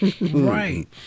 Right